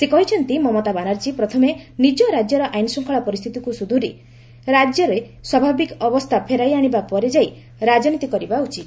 ସେ କହିଛନ୍ତି ମମତା ବାନାର୍ଜୀ ପ୍ରଥମେ ନିଜ ରାଜ୍ୟର ଆଇନ ଶୃଙ୍ଖଳା ପରିସ୍ଥିତିକୁ ସୁଧାରି ରାଜ୍ୟରେ ସ୍ୱାଭାବିକ ଅବସ୍ଥା ଫେରାଇ ଆଶିବା ପରେ ଯାଇ ରାଜନୀତି କରିବା ଉଚିତ